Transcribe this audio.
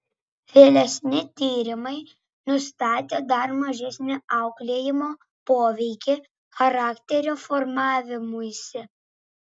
vėlesni tyrimai nustatė dar mažesnį auklėjimo poveikį charakterio formavimuisi